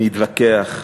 נתווכח,